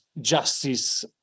justice